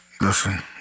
Listen